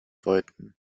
wollten